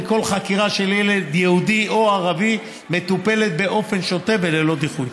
וכל חקירה של ילד יהודי או ערבי מטופלת באופן שוטף וללא דיחוי.